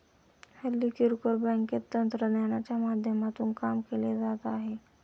हल्ली किरकोळ बँकेत तंत्रज्ञानाच्या माध्यमातून काम केले जात आहे